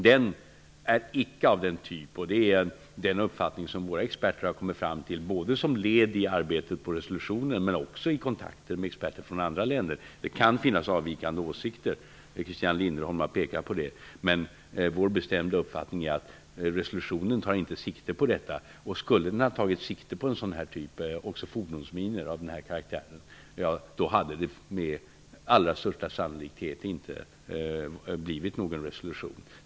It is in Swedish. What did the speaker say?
Den är icke av den typ som resolutionen avser. Den uppfattningen har våra experter kommit fram till både i arbetet med resolutionen och i kontakter med experter från andra länder. Det kan finnas avvikande åsikter. Det har Christina Linderholm pekat på. Vår bestämda uppfattning är dock att resolutionen inte tar sikte på denna mina. Om resolutionen skulle avse fordonsminor av denna karaktär hade det med allra största sannolikhet inte blivit någon resolution.